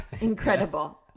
Incredible